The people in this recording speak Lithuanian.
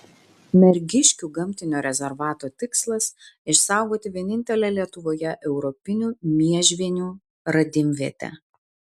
mergiškių gamtinio rezervato tikslas išsaugoti vienintelę lietuvoje europinių miežvienių radimvietę